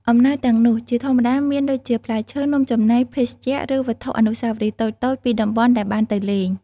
អំណោយទាំងនោះជាធម្មតាមានដូចជា ផ្លែឈើ នំចំណី ភេសជ្ជៈ ឬវត្ថុអនុស្សាវរីយ៍តូចៗពីតំបន់ដែលបានទៅលេង។